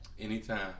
anytime